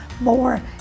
more